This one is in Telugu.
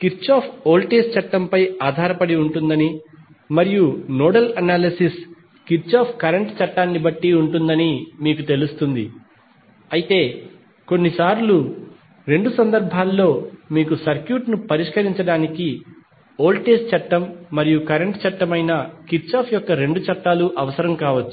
కిర్చాఫ్ వోల్టేజ్ చట్టం పై ఆధారపడి ఉంటుందని మరియు నోడల్ అనాలిసిస్ కిర్చాఫ్ కరెంట్ చట్టాన్ని బట్టి ఉంటుందని మీకు తెలుస్తుంది అయితే కొన్నిసార్లు రెండు సందర్భాల్లో మీకు సర్క్యూట్ పరిష్కరించడానికి వోల్టేజ్ చట్టం మరియు కరెంట్ చట్టం అయిన కిర్చాఫ్ యొక్క రెండు చట్టాలు అవసరం కావచ్చు